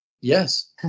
Yes